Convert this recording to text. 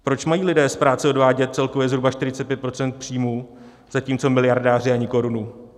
Proč mají lidé z práce odvádět celkově zhruba 45 procent příjmů, zatímco miliardáři ani korunu?